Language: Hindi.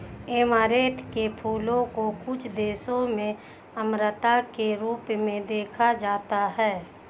ऐमारैंथ के फूलों को कुछ देशों में अमरता के रूप में देखा जाता है